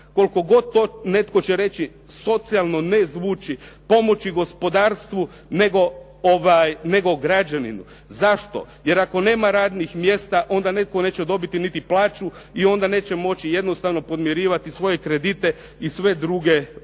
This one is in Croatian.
koliko god to netko će reći socijalno ne zvuči pomoći gospodarstvu nego građaninu. Zašto? Jer ako nema radnih mjesta onda netko neće dobiti niti plaću i onda neće jednostavno moći podmirivati svoje kredite i sve druge obveze.